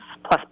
plus